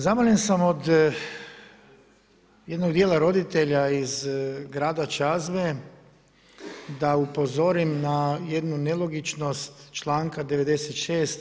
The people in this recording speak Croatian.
Zamoljen sam od jednog dijela roditelja iz grada Čazme da upozorim na jednu nelogičnost članka 56.